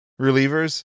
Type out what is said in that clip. relievers